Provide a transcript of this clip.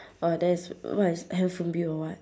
!wah! that's what is handphone bill or what